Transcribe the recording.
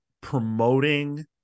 promoting